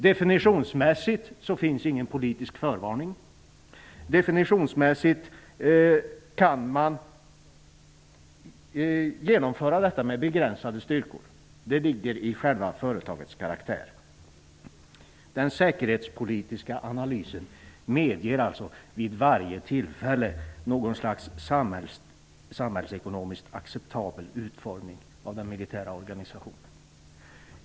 Definitionsmässigt finns ingen politisk förvarning. Definitionsmässigt kan man genomföra detta med begränsade styrkor. Det ligger i själva företagets karaktär. Den säkerhetspolitiska analysen medger alltså något slags samhällsekonomiskt acceptabel utformning av den militära organisationen vid varje tillfälle.